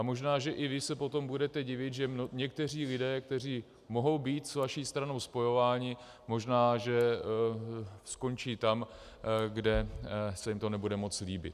Možná i vy se potom budete divit, že někteří lidé, kteří mohou být s vaší stranou spojováni, možná skončí tam, kde se jim to nebude moc líbit.